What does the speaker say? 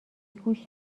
گوش